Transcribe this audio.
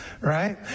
right